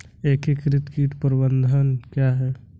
एकीकृत कीट प्रबंधन क्या है?